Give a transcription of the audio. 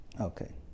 okay